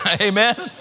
Amen